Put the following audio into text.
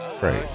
Great